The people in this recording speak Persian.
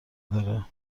داره